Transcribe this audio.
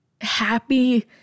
happy